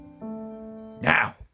now